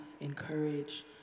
encourage